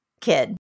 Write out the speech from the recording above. kid